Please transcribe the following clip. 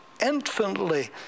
infinitely